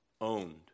Owned